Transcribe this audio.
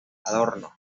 adorno